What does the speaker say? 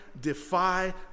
defy